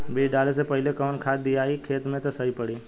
बीज डाले से पहिले कवन खाद्य दियायी खेत में त सही पड़ी?